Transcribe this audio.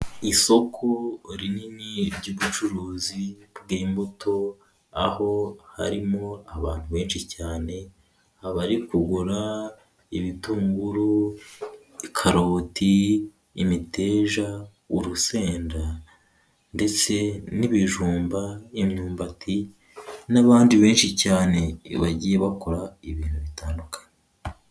Isoko rinini ry'ubucuruzi bw'imbuto, aho harimo abantu benshi cyane abari kugura ibitunguru, karoti, imiteja, urusenda ndetse n'ibijumba, imyumbati, n'abandi benshi cyane bagiye bakora ibintu bitandukanye.